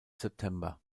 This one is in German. september